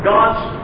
God's